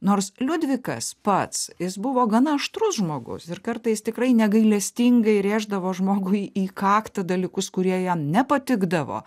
nors liudvikas pats jis buvo gana aštrus žmogus ir kartais tikrai negailestingai rėždavo žmogui į kaktą dalykus kurie jam nepatikdavo